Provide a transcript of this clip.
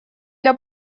для